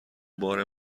بار